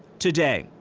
today,